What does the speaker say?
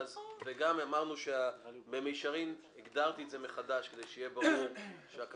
וגם אמרנו שבמישרין הגדרתי את זה מחדש כדי שיהיה ברור שהכוונה